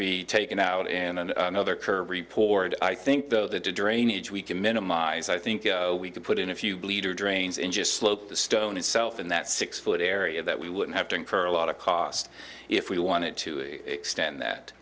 be taken out in and another curve reported i think though the drainage we can minimize i think we could put in a few bleeder drains in just slope the stone itself in that six foot area that we would have to incur a lot of cost if we wanted to extend that